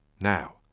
Now